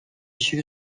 fut